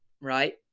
right